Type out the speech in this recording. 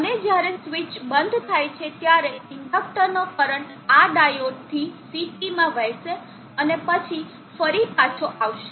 અને જ્યારે સ્વીચ બંધ થાય છે ત્યારે ઇન્ડક્ટરનો કરંટ આ ડાયોડથી CT માં વહેશે અને પછી ફરી પાછો આવશે